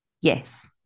Yes